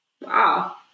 Wow